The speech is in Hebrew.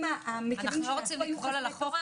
המקלים שעשינו --- אנחנו לא רוצים לחזור אחורה,